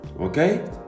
Okay